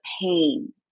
pain